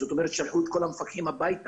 זאת אומרת ששלחו את כל המפקחים הביתה.